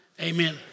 Amen